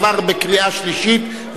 עבר בקריאה שלישית,